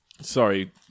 Sorry